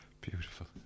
Beautiful